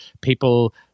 people